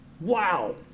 Wow